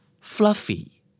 fluffy